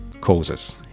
causes